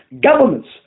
Governments